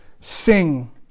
sing